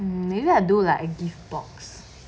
maybe I do like a gift box